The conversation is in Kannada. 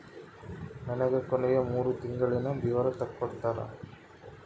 ನನಗ ಕೊನೆಯ ಮೂರು ತಿಂಗಳಿನ ವಿವರ ತಕ್ಕೊಡ್ತೇರಾ?